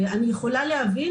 אני בהחלט יכולה להבין,